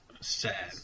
sad